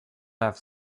have